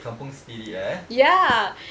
the kampung spirit lah eh